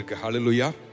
Hallelujah